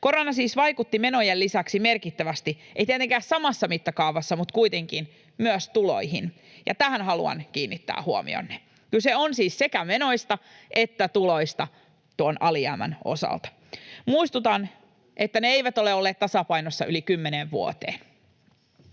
Korona siis vaikutti menojen lisäksi merkittävästi — ei tietenkään samassa mittakaavassa, mutta kuitenkin — myös tuloihin, ja tähän haluan kiinnittää huomionne. Kyse on siis sekä menoista että tuloista tuon alijäämän osalta. Muistutan, että ne eivät ole olleet tasapainossa yli kymmeneen vuoteen.